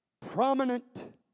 prominent